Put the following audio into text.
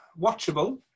Watchable